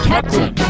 Captain